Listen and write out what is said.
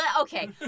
Okay